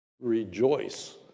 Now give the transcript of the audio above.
Rejoice